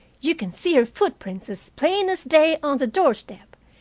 you can see her footprints as plain as day on the doorstep.